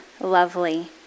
lovely